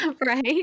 Right